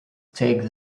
take